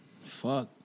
Fuck